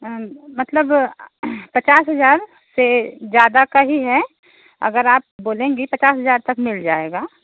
मतलब पचास हज़ार से ज़्यादा का ही है अगर आप बोलेंगी पचास हज़ार तक मिल जाएगा